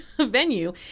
venue